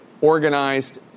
organized